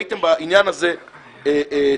והייתם בעניין הזה טיפשים.